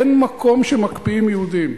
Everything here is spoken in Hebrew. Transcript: אין מקום שמקפיאים יהודים.